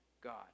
God